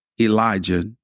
Elijah